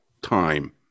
time